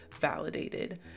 validated